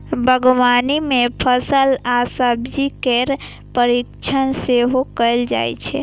बागवानी मे फल आ सब्जी केर परीरक्षण सेहो कैल जाइ छै